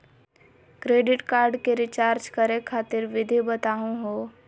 Credit card क recharge करै खातिर विधि बताहु हो?